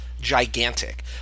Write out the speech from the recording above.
gigantic